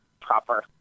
proper